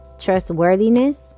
trustworthiness